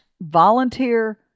volunteer